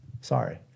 Sorry